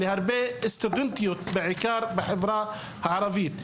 בעיקר להרבה סטודנטיות בחברה הערבית.